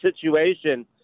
situation